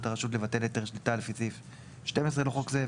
הרשות לבטל היתר שליטה לפי סעיף 12 לחוק זה,